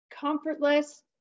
comfortless